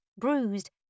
bruised